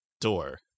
Door